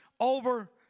over